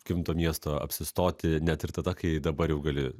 gimto miesto apsistoti net ir tada kai dabar jau gali